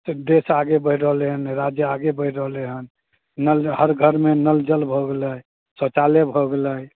से देश आगे बढ़ि रहलै हन राज्य आगे बढ़ि रहलै हन नल हर घरमे नलजल भऽ गेलै शौचालय भऽ गेलै